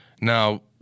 Now